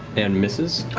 and misses.